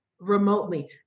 remotely